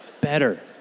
Better